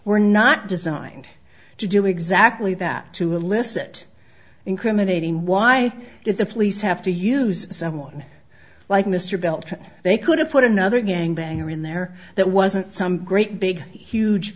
were not designed to do exactly that to elicit incriminating why did the police have to use someone like mr beltran they could have put another gangbanger in there that wasn't some great big huge